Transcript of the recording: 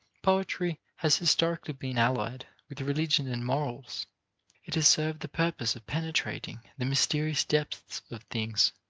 poetry has historically been allied with religion and morals it has served the purpose of penetrating the mysterious depths of things.